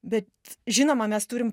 bet žinoma mes turim